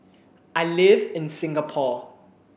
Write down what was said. I live in Singapore